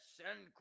send